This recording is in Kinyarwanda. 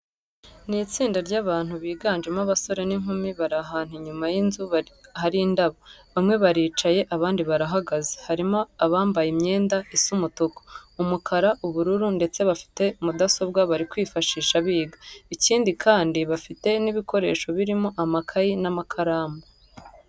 Ni itsinda ry'abantu biganjemo abasore n'inkumi, bari ahantu inyuma y'inzu hari indabo, bamwe baricaye abandi barahagaze. Harimo abambaye imyenda isa umutuku. umukara, ubururu ndetse bafite mudasobwa bari kwifashisha biga. Ikindi bafite n'ibikoresho birimo amakayi n'amakaramu.